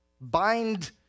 Bind